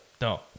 No